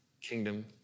kingdom